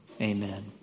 amen